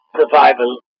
survival